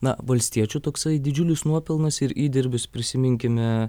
na valstiečių toksai didžiulis nuopelnas ir įdirbis prisiminkime